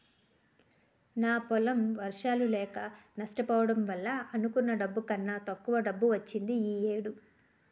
నా పొలం వర్షాలు లేక నష్టపోవడం వల్ల అనుకున్న డబ్బు కన్నా తక్కువ డబ్బు వచ్చింది ఈ ఏడు